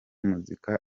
muzika